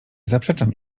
zaprzeczam